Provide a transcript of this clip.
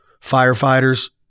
firefighters